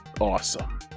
Awesome